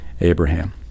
Abraham